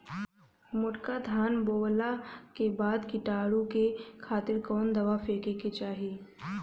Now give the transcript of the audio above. मोटका धान बोवला के बाद कीटाणु के खातिर कवन दावा फेके के चाही?